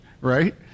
Right